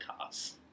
cars